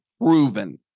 proven